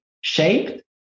shaped